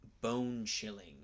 bone-chilling